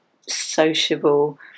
sociable